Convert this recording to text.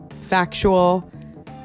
factual